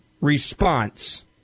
response